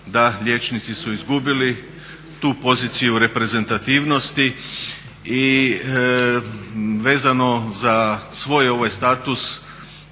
da liječnici su izgubili tu poziciju reprezentativnosti. I vezano za svoj status